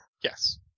Yes